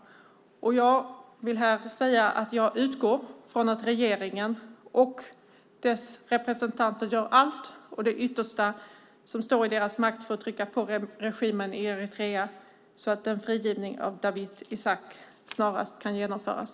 Jag utgår från att regeringen och dess representanter gör allt som står i deras makt för att trycka på regimen i Eritrea så att en frigivning av Dawit Isaak snarast kan genomföras.